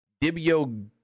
Dibio